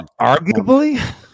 Arguably